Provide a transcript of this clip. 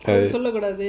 mm